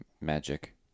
magic